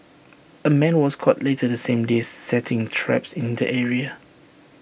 A man was caught later the same day setting traps in the area